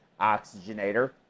oxygenator